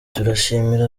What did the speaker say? turashimira